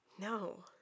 No